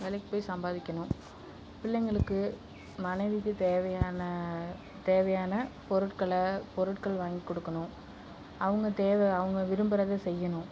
வேலைக்கு போய் சம்பாதிக்கணும் பிள்ளைங்களுக்கு மனைவிக்கு தேவையான தேவையான பொருட்களை பொருட்கள் வாங்கிக் கொடுக்கணும் அவங்க தேவை அவங்க விரும்புறதை செய்யணும்